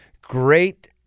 great